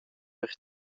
per